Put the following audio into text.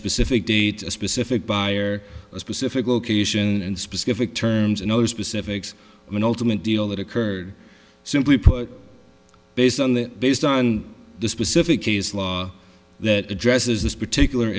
specific date a specific buyer a specific location and specific terms and other specifics when ultimate deal that occurred simply put based on that based on the specific case law that addresses this particular